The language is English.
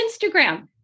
Instagram